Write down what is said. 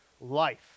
life